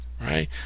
right